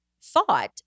thought